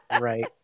Right